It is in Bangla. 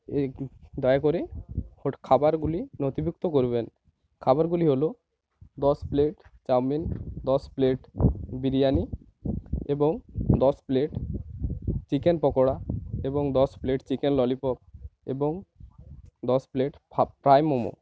এই দয়া করে হুট খাবারগুলি নথিভুক্ত করবেন খাবারগুলি হলো দশ প্লেট চাউমিন দশ প্লেট বিরিয়ানি এবং দশ প্লেট চিকেন পকোড়া এবং দশ প্লেট চিকেন ললিপপ এবং দশ প্লেট ফ্রাই মোমো